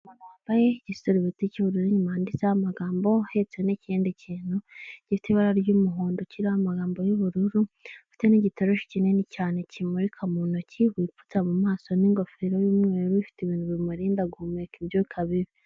Wambaye igisarubeti cy'ubururu inyuma handitseho amagambo ahetse n'ikindi kintu gifite ibara ry'umuhondo kiriho amagambo y'ubururu, ufite n'igitaroshi kinini cyane kimurika mu ntoki, wipfutse mu maso n'ingofero y'umweru ifite ibintu bimurinda guhumeka ibyuka bibi